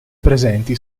presenti